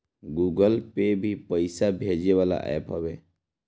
Google Pay भी पईसा भेजे वाला एप्प हवे